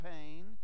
pain